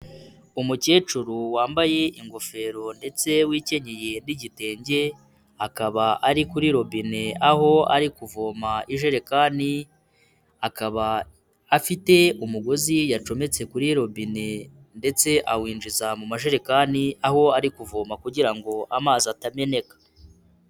Umukecuru wambaye ingofero ndetse wikenyeye n'igitenge akaba ari kuri robine aho ari kuvoma ijerekani, akaba afite umugozi yacometse kuri robine ndetse awinjiza mu majerekani aho ari kuvoma kugira ngo amazi atameneka.